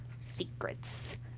secrets